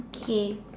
okay